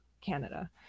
Canada